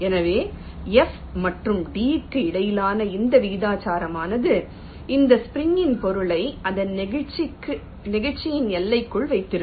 எனவே F மற்றும் d க்கு இடையிலான இந்த விகிதாசாரமானது இந்த ஸ்ப்ரிங் பொருளை அதன் நெகிழ்ச்சியின் எல்லைக்குள் வைத்திருக்கும்